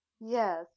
Yes